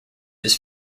his